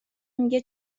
میگه